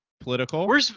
political